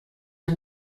are